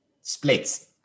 splits